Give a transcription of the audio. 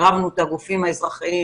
עירבנו את הגופים האזרחיים,